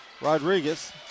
Rodriguez